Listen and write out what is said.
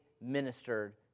ministered